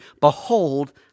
Behold